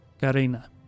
Karina